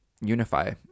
unify